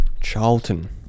charlton